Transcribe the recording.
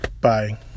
Bye